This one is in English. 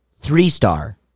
three-star